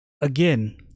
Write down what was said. again